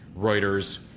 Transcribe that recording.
Reuters